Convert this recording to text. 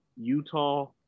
Utah